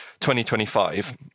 2025